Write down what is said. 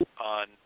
on